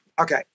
okay